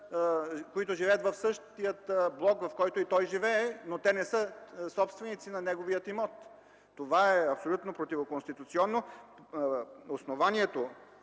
които живеят в същия блок, в който живее и той, но те не са собственици на неговия имот. Това е абсолютно противоконституционно! Основанието,